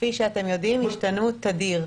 כפי שאתם השתנו תדיר.